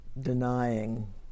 denying